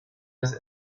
des